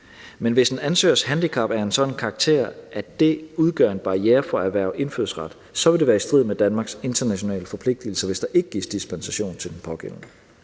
Men hvis en ansøgers handicap er af en sådan karakter, at det udgør en barriere for at erhverve indfødsret, vil det være i strid med Danmarks internationale forpligtelser, hvis der ikke gives dispensation til den pågældende.